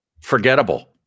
forgettable